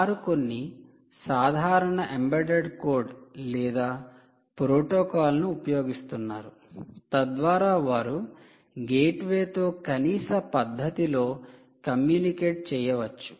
వారు కొన్ని సాధారణ ఎంబెడెడ్ కోడ్ లేదా ప్రోటోకాల్ను ఉపయోగిస్తున్నారు తద్వారా వారు గేట్వే తో కనీస పద్ధతిలో కమ్యూనికేట్ చేయవచ్చు